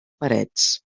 parets